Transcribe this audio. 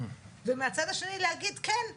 ומהצד השני להגיד: כן,